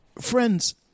friends